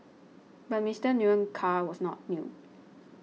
but Mister Nguyen's car was not new